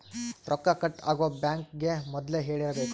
ರೊಕ್ಕ ಕಟ್ ಆಗೋ ಬ್ಯಾಂಕ್ ಗೇ ಮೊದ್ಲೇ ಹೇಳಿರಬೇಕು